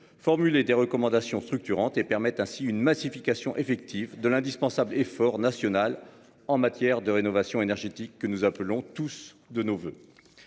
formuler des recommandations structurantes et permettre ainsi une massification effective de l'indispensable effort national en matière de rénovation énergétique que nous appelons tous de nos voeux.